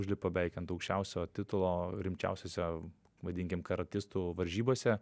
užlipa beveik ant aukščiausio titulo rimčiausiose vadinkim karatistų varžybose